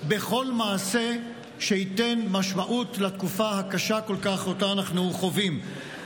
בכל מעשה שייתן משמעות לתקופה הקשה כל כך שאנחנו חווים.